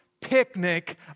picnic